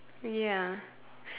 ya